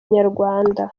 inyarwanda